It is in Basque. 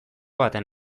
baten